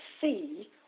see